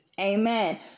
Amen